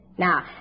Now